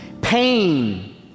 Pain